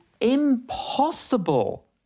impossible